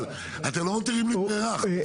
אתם לא מותירים לי ברירה.